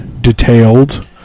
detailed